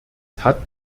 hat